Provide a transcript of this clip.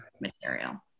material